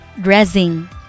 dressing